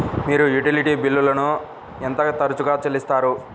మీరు యుటిలిటీ బిల్లులను ఎంత తరచుగా చెల్లిస్తారు?